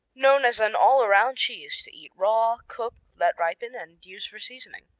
known as an all-around cheese, to eat raw, cook, let ripen, and use for seasoning.